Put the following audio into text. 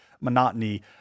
monotony